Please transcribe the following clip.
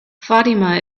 fatima